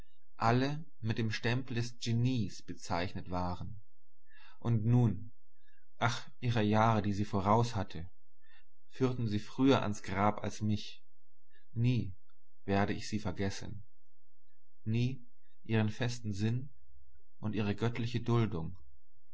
alle mit dem stempel des genies bezeichnet waren und nun ach ihre jahre die sie voraus hatte führten sie früher ans grab als mich nie werde ich sie vergessen nie ihren festen sinn und ihre göttliche duldung